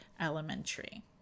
elementary